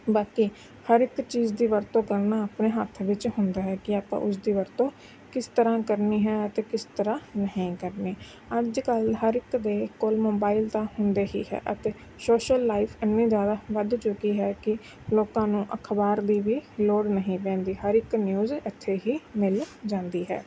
ਬਾਕੀ ਹਰ ਇੱਕ ਚੀਜ਼ ਦੀ ਵਰਤੋਂ ਕਰਨਾ ਆਪਣੇ ਹੱਥ ਵਿੱਚ ਹੁੰਦਾ ਹੈ ਕਿ ਆਪਾਂ ਉਸ ਦੀ ਵਰਤੋਂ ਕਿਸ ਤਰ੍ਹਾਂ ਕਰਨੀ ਹੈ ਅਤੇ ਕਿਸ ਤਰ੍ਹਾਂ ਨਹੀਂ ਕਰਨੀ ਅੱਜ ਕੱਲ੍ਹ ਹਰ ਇੱਕ ਦੇ ਕੋਲ ਮੋਬਾਈਲ ਤਾਂ ਹੁੰਦੇ ਹੀ ਹੈ ਅਤੇ ਸੋਸ਼ਲ ਲਾਈਫ ਇੰਨੀ ਜ਼ਿਆਦਾ ਵੱਧ ਚੁੱਕੀ ਹੈ ਕਿ ਲੋਕਾਂ ਨੂੰ ਅਖ਼ਬਾਰ ਦੀ ਵੀ ਲੋੜ ਨਹੀਂ ਪੈਂਦੀ ਹਰ ਇੱਕ ਨਿਊਜ਼ ਇੱਥੇ ਹੀ ਮਿਲ ਜਾਂਦੀ ਹੈ